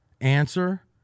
Answer